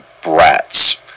brats